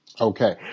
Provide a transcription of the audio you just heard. Okay